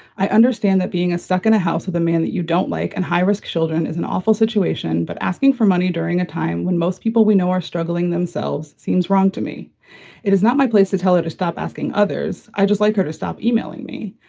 i understand that being a stuck in a house with a man that you don't like and high risk children is an awful situation. but asking for money during a time when most people we know are struggling themselves seems wrong to me. it is not my place to tell her to stop asking others. i just like her to stop e-mailing me.